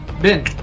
Ben